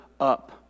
up